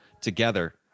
together